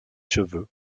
cheveux